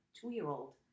two-year-old